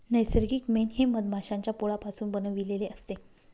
नैसर्गिक मेण हे मधमाश्यांच्या पोळापासून बनविलेले असते